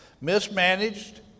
Mismanaged